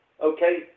okay